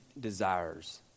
desires